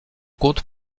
compte